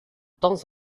temps